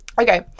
Okay